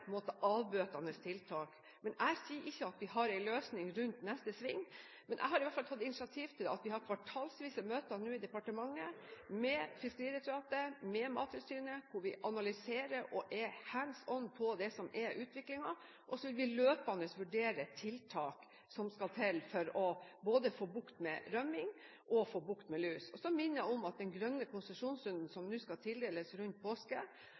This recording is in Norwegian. avbøtende tiltak. Jeg sier ikke at vi har en løsning rundt neste sving, men jeg har i hvert fall tatt initiativ til at vi i departementet nå har kvartalsvise møter med Fiskeridirektoratet og med Mattilsynet, hvor vi analyserer og er «hands on» på utviklingen, og så vil vi løpende vurdere hvilke tiltak som skal til både for å få bukt med rømming og for å få bukt med lus. Så minner jeg om den grønne konsesjonsrunden som nå skal tildeles rundt påske.